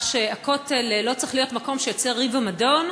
שהכותל לא צריך להיות מקום שיוצר ריב ומדון.